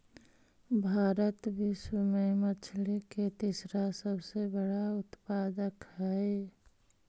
भारत विश्व में मछली के तीसरा सबसे बड़ा उत्पादक हई